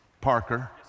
Parker